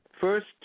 First